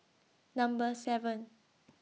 Number seven